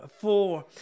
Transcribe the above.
four